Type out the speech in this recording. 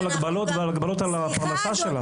מדברים כאן על הגבלות על הפרנסה שלנו.